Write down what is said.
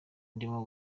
ndimo